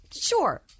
Sure